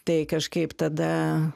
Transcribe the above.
tai kažkaip tada